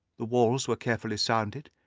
the walls were carefully sounded,